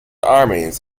armies